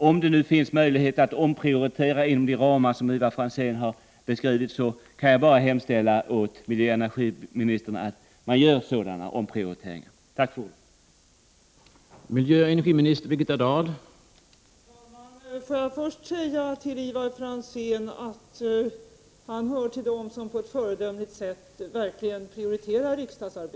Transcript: Om det är möjligt att prioritera inom de ramar som Ivar Franzén har beskrivit, kan jag bara hemställa till miljöoch energiministern att göra en sådan omprioritering. Tack för ordet!